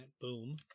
Boom